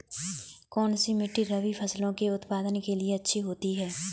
कौनसी मिट्टी रबी फसलों के उत्पादन के लिए अच्छी होती है?